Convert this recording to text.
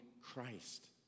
Christ